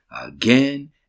again